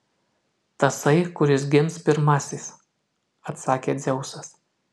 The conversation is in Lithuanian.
tasai kuris gims pirmasis atsakė dzeusas